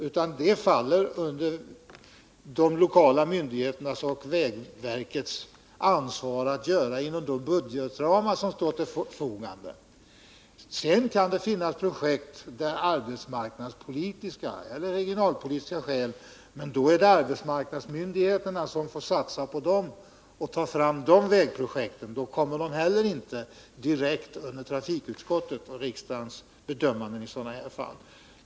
Sådana bedömningar faller under de lokala myndigheternas och vägverkets ansvar inom de budgetramar som står till förfogande. Sedan kan det finnas projekt, där arbetsmarknadspolitiska eller regionalpolitiska skäl kommer till. Men sådana projekt får arbetsmarknadsmyndigheterna satsa på. Inte heller de projekten blir direkt föremål för trafikutskottets och riksdagens bedömanden.